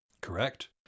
Correct